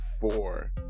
four